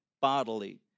bodily